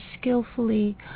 skillfully